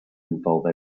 involve